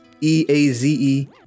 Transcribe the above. e-a-z-e